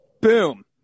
Boom